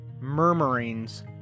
murmurings